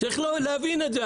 צריך להבין את זה.